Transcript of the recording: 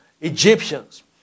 Egyptians